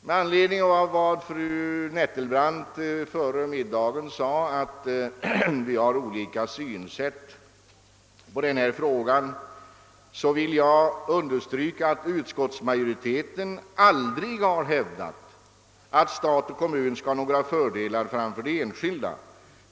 Med anledning av att fru Nettelbrandt före middagen sade att vi har olika synsätt på denna fråga vill jag understryka, att utskottsmajoriteten aldrig har hävdat att stat och kommun skall ha några fördelar framför enskilda.